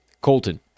Colton